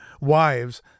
wives